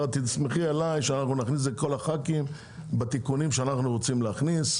תסמכי עלי שכל חברי הוועדה יכניסו את התיקונים שאנחנו רוצים להכניס.